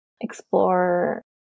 explore